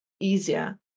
easier